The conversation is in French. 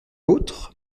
vôtre